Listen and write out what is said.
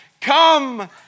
come